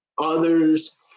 others